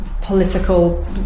political